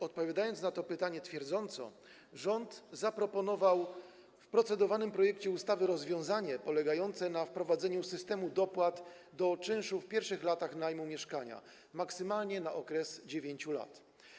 Odpowiadając na to pytanie twierdząco, rząd zaproponował w procedowanym projekcie ustawy rozwiązanie polegające na wprowadzeniu systemu dopłat do czynszu w pierwszych latach najmu mieszkania, maksymalnie na okres 9 lat.